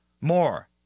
more